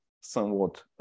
somewhat